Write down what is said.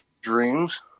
dreams